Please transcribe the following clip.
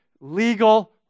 legal